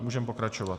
Můžeme pokračovat.